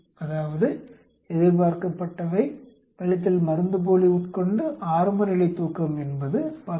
அதாவது எதிர்பார்க்கப்பட்டவை - மருந்துப்போலி உட்கொண்டு ஆரம்பநிலை தூக்கம் என்பது 19